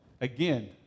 again